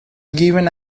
given